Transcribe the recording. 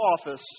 office